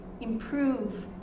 improve